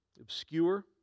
Obscure